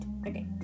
okay